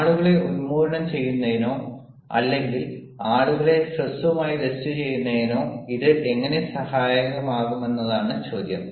ആളുകളെ ഉന്മൂലനം ചെയ്യുന്നതിനോ അല്ലെങ്കിൽ ആളുകളെ ഹ്രസ്വമായി ലിസ്റ്റുചെയ്യുന്നതിനോ ഇത് എങ്ങനെ സഹായകമാകുമെന്നതാണ് ചോദ്യം